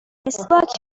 مسواک